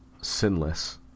sinless